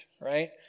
Right